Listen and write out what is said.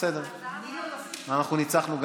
התש"ף 2020. ההצעה להעביר את הצעת חוק הארכת